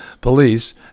police